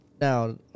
Now